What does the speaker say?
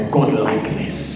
God-likeness